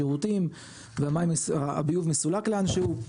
ומורידים את המים בשירותים והמים הביוב מסולק לאנשהו,